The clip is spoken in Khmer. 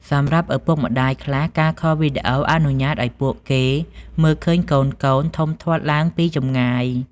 សម្រាប់ឪពុកម្តាយខ្លះ ការខលវីដេអូអនុញ្ញាតឲ្យពួកគេមើលឃើញកូនៗធំធាត់ឡើងពីចម្ងាយ។